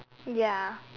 ya